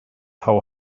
how